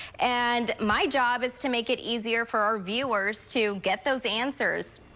and my job is to make it easier for our viewers to get those answers,